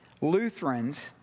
Lutherans